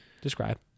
describe